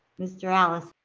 mr. allison?